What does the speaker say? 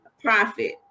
profit